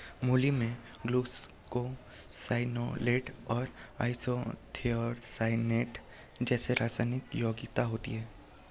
मूली में ग्लूकोसाइनोलेट और आइसोथियोसाइनेट जैसे रासायनिक यौगिक होते है